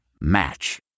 Match